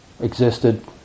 existed